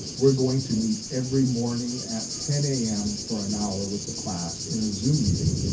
we're going to meet every morning at ten a m. for an hour with the class in a zoom meeting,